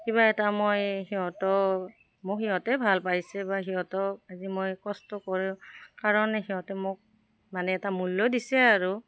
কিবা এটা মই সিহঁতক মোক সিহঁতে ভাল পাইছে বা সিহঁতক আজি মই কষ্ট কৰো কাৰণে সিহঁতে মোক মানে এটা মূল্য দিছে আৰু